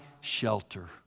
shelter